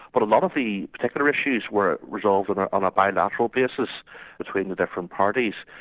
but a lot of the particular issues were resolved on ah um a bilateral basis between the different parties.